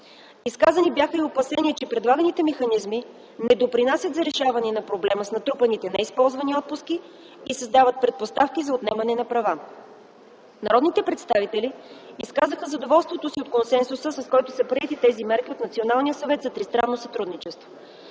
Изказани бяха и опасения, че предлаганите механизми не допринасят за решаването на проблема с натрупаните неизползвани отпуски и създават предпоставки за отнемане на права. Народните представители изказаха задоволството си от консенсуса, с който са приети тези мерки от Националния съвет за тристранно сътрудничество.